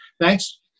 thanks